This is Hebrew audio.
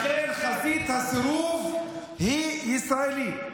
לכן חזית הסירוב היא ישראלית.